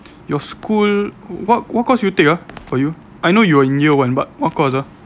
your school what what course you take ah for you I know you are in year one but what course ah